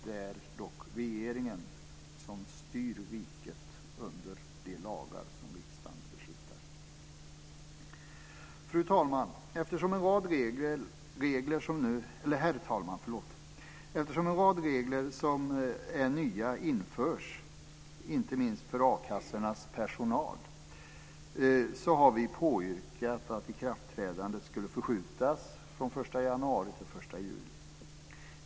Det är dock regeringen som styr riket under de lagar som riksdagen beslutar. Herr talman! Eftersom det införs en rad regler som är nya, inte minst för a-kassornas personal, har vi påyrkat att ikraftträdandet skulle uppskjutas från den 1 januari till den 1 juli.